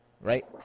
right